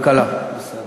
כלכלה, בסדר.